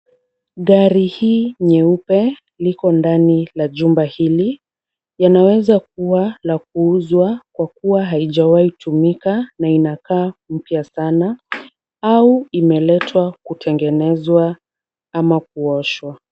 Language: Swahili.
Gari hii nyeupe, liko ndani ya jumba hili, linaweza kuwa lakuuza kwa kuwa halijawai tumika na inakaa mpya sana, au imeletwa kutengenezwa, au kuoshwa.